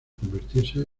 convertirse